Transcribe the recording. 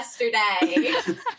yesterday